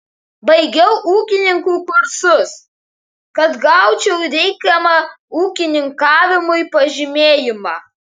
baigiau ūkininkų kursus kad gaučiau reikiamą ūkininkavimui pažymėjimą